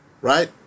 Right